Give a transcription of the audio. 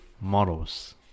models